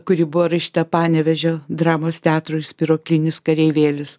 kuri buvo rašyta panevėžio dramos teatrui spyruoklinis kareivėlis